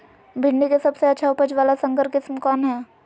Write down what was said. भिंडी के सबसे अच्छा उपज वाला संकर किस्म कौन है?